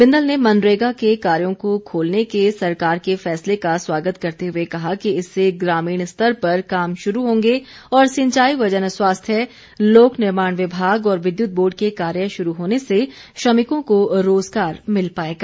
बिंदल ने मनरेगा के कार्यों को खोलने के सरकार के फैसले का स्वागत करते हुए कहा कि इससे ग्रामीण स्तर पर काम शुरू होंगे और सिंचाई व जनस्वास्थ्य लोक निर्माण विभाग और विद्युत बोर्ड के कार्य शुरू होने से श्रमिकों को रोजगार मिल पाएगा